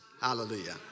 Hallelujah